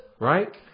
Right